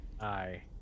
Aye